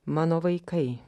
mano vaikai